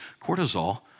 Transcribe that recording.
cortisol